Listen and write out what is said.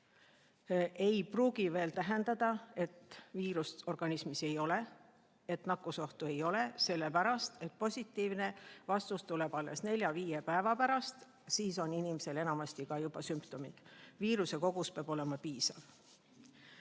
ei pruugi veel tähendada, et viirust organismis ei ole, nakkusohtu ei ole, sellepärast et positiivne vastus tuleb alles nelja-viie päeva pärast, siis on inimesel enamasti juba ka sümptomid. Viiruse kogus peab olema